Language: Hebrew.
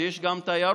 כשיש גם תיירות,